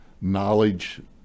knowledge